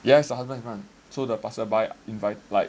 yes the husband in front